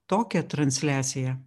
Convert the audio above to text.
tokią transliaciją